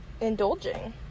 indulging